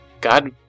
God